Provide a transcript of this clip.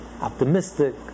optimistic